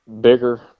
bigger